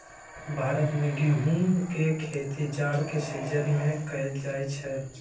भारत में गेहूम के खेती जाड़ के सिजिन में कएल जाइ छइ